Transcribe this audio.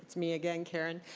me again, karen.